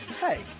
Hey